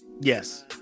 Yes